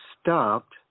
stopped